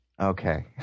Okay